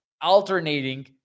alternating